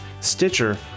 Stitcher